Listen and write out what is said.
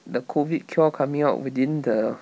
the COVID cure coming out within the